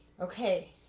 okay